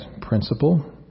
principle